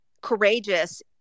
courageous